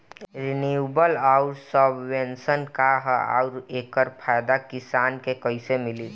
Renewable आउर subvention का ह आउर एकर फायदा किसान के कइसे मिली?